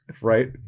right